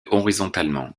horizontalement